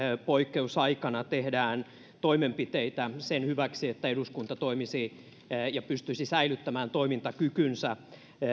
poikkeusaikana tehdään toimenpiteitä sen hyväksi että eduskunta toimisi ja pystyisi säilyttämään toimintakykynsä